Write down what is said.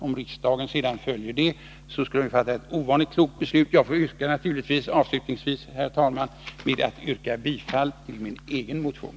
Om riksdagen sedan hade följt detta tillstyrkande skulle den ha fattat ett ovanligt klokt beslut. Jag vill avslutningsvis, herr talman, naturligtvis yrka bifall till min egen motion.